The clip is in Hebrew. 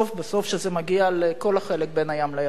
בסוף כשזה מגיע לכל החלק בין הים לירדן.